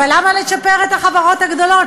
אבל למה לצ'פר את החברות הגדולות?